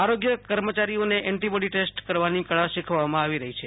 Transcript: આરોગ્ય કર્મી ને ઍન્ટિ બોડી ટેસ્ટ કરવાની ક્ળા શિખવવા મા આવી રહી છે